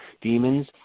demons